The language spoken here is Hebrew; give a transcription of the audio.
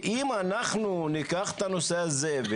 ואם אנחנו ניקח את הנושא הזה,